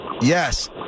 Yes